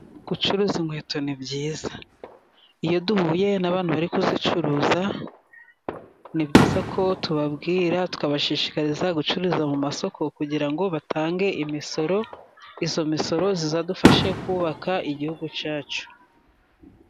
Gucuruza inkweto ni byiza iyo duhuye n'abantu bari kuzicuruza, ni byiza ko tubabwira tukabashishikariza gucuruza mu masoko kugira ngo batange imisoro, iyo misoro izadufashe kubaka igihugu cyacu.